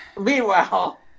Meanwhile